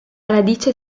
radice